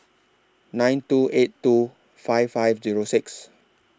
nine two eight two five five Zero six